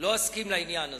לא אסכים לעניין הזה.